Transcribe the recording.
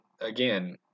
again